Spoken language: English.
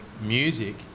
music